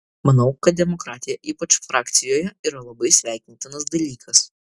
manau kad demokratija ypač frakcijoje yra labai sveikintinas dalykas